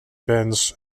bends